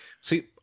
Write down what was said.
See